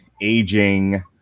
aging